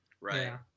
Right